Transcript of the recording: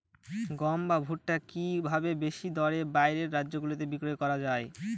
গম বা ভুট্ট কি ভাবে বেশি দরে বাইরের রাজ্যগুলিতে বিক্রয় করা য়ায়?